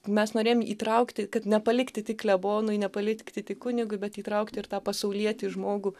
mes norėjom įtraukti kad nepalikti tik klebonui nepalikti tik kunigui bet įtraukti ir tą pasaulietį žmogų